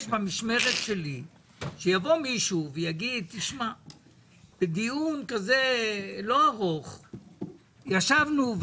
במשמרת שלי שיבוא מישהו ויגיד שבדיון כזה לא ארוך ישבנו,